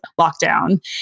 lockdown